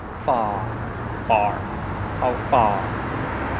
far far how far is it?